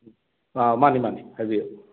ꯃꯅꯦ ꯃꯅꯦ ꯍꯥꯏꯕꯤꯌꯨ